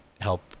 help